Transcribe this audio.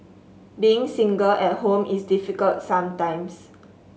being single at home is difficult sometimes